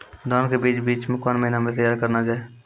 धान के बीज के बीच कौन महीना मैं तैयार करना जाए?